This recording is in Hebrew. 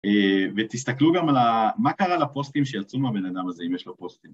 ותסתכלו גם על מה קרה לפוסטים שיצאו מהבן אדם הזה אם יש לו פוסטים